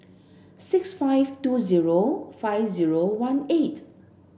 six five two zero five zero one eight